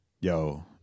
yo